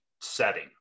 setting